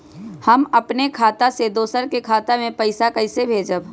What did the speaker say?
हम अपने खाता से दोसर के खाता में पैसा कइसे भेजबै?